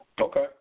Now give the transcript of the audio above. Okay